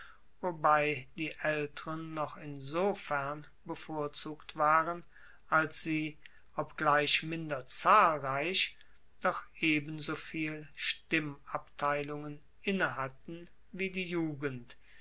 wobei die aelteren noch insofern bevorzugt waren als sie obgleich minder zahlreich doch ebensoviel stimmabteilungen innehatten wie die jugend